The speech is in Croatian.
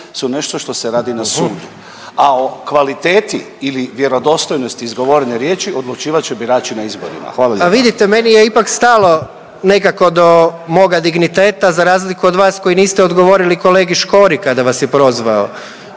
su nešto što se radi na sudu, a o kvaliteti ili vjerodostojnosti izgovorene riječi odlučivat će birači na izborima. Hvala lijepa. **Jandroković, Gordan (HDZ)** A vidite, meni je ipak stalo nekako do moga digniteta za razliku od vas koji niste odgovorili kolegi Škori kada vas je prozvao.